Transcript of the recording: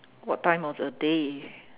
what time of the day